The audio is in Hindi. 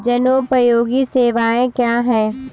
जनोपयोगी सेवाएँ क्या हैं?